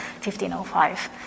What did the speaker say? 1505